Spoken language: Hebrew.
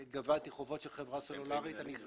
גביתי חובות של חברה סלולרית אני חברת גבייה.